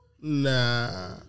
Nah